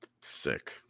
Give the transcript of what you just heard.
sick